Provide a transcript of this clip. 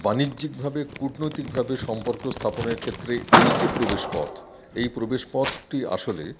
বাণিজ্যিকভাবে কূটনৈতিকভাবে সম্পর্ক স্থাপনের ক্ষেত্রে এই যে প্রবেশপথ এই প্রবেশপথটি আসলে